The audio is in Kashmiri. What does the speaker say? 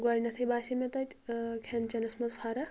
گۄڈٕنیٚتھٕے باسے مےٚ تَتہِ ٲں کھیٚن چیٚنس منٛز فرق